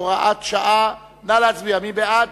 (הוראת שעה) נא להצביע: מי בעד?